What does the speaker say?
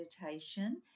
meditation